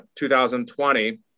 2020